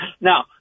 Now